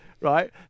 right